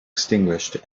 extinguished